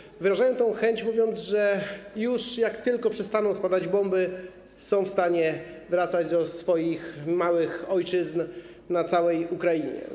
Ci ludzie wyrażają tę chęć, mówiąc, że jak tylko przestaną spadać bomby, są w stanie wracać do swoich małych ojczyzn w całej Ukrainie.